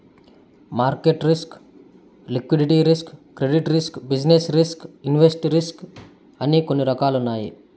market risk liquidity risk credit risk business risk invest risk అని కొన్ని రకాలున్నాయి